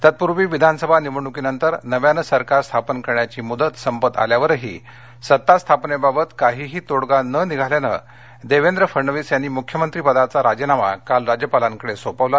तत्पूर्वी विधानसभा निवडणुकीनंतर नव्यानं सरकार स्थापन करण्याची मुदत संपत आल्यावरही सत्तास्थापनेबाबत काहीही तोडगा न निघाल्यानं देवेंद्र फडणवीस यांनी मुख्यमंत्रिपदाचा राजीनामा काल राज्यपालांकडे सोपवला